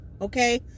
Okay